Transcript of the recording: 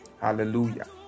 Hallelujah